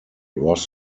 ross